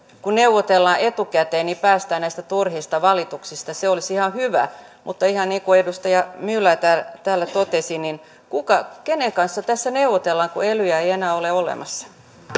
kun neuvotellaan etukäteen niin päästään näistä turhista valituksista se olisi ihan hyvä mutta ihan niin kuin edustaja myller täällä totesi niin kenen kanssa tästä neuvotellaan kun elyjä ei enää ole olemassa